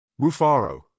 Rufaro